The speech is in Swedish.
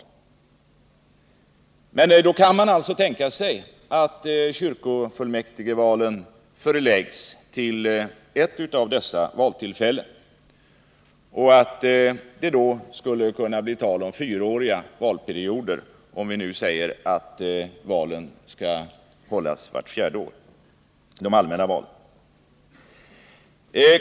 Man kan i så fall tänka sig att kyrkovalen förläggs till ett av dessa valtillfällen. Det skulle då kunna bli tal om fyraåriga valperioder, nämligen om de allmänna valen hålls vart fjärde år.